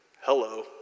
hello